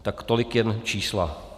Tak tolik jen čísla.